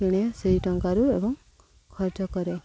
କିଣେ ସେଇ ଟଙ୍କାରୁ ଏବଂ ଖର୍ଚ୍ଚ କରେ